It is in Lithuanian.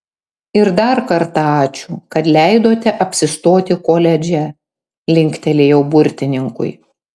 ir dar kartą ačiū kad leidote apsistoti koledže linktelėjau burtininkui